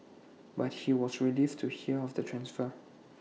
but she was relieved to hear of the transfer